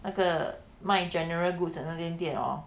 那个卖 general goods 的那间店 hor